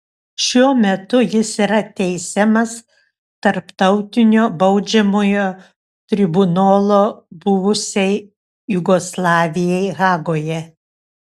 šiuo metu jis yra teisiamas tarptautinio baudžiamojo tribunolo buvusiai jugoslavijai hagoje